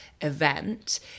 event